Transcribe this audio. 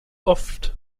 oft